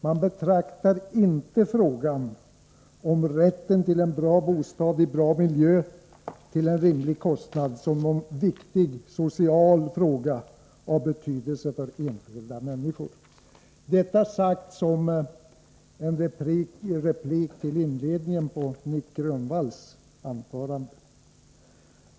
Man betraktar inte frågan om rätten till en bra bostad i bra miljö till en rimlig kostnad som någon viktig social fråga av betydelse för enskilda människor. — Detta sagt som en replik på inledningen av Nic Grönvalls anförande.